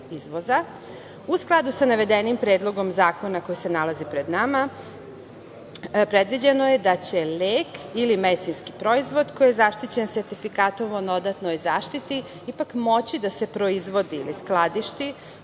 izvoza.U skladu sa navedenim Predlogom zakona koji se nalazi pred nama, predviđeno je da će lek ili medicinski proizvod koji je zaštićen Sertifikatom o dodatnoj zaštiti ipak moći da se proizvodi i skladišti